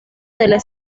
del